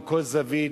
מכל זווית,